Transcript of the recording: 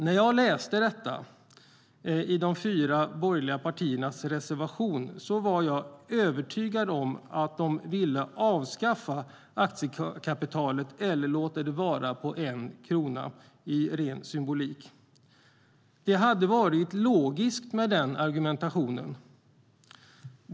När jag läste detta i de fyra borgerliga partiernas reservation var jag övertygad om att de ville avskaffa aktiekapitalet eller låta det vara på 1 krona rent symboliskt. Det hade varit logiskt med den argumentationen.